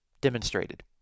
demonstrated